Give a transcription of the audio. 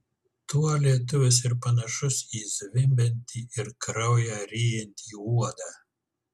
tuo lietuvis ir panašus į zvimbiantį ir kraują ryjantį uodą